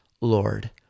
Lord